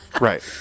Right